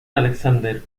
alexander